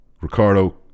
Ricardo